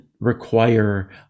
require